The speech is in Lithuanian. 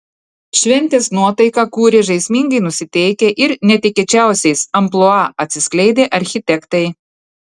šventės nuotaiką kūrė žaismingai nusiteikę ir netikėčiausiais amplua atsiskleidę architektai